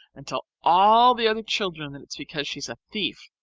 and tell all the other children that it's because she's a thief,